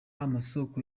amasoko